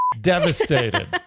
Devastated